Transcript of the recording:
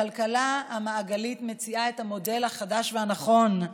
הכלכלה המעגלית מציעה את המודל החדש והנכון: